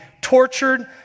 tortured